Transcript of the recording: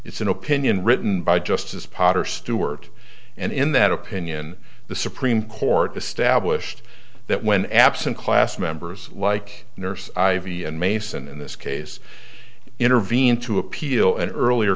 it's an opinion written by justice potter stewart and in that opinion the supreme court established that when absent class members like nurse ivy and mason in this case intervene to appeal an earlier